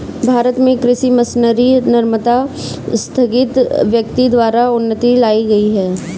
भारत में कृषि मशीनरी निर्माता स्थगित व्यक्ति द्वारा उन्नति लाई गई है